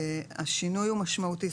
השינוי הוא משמעותי.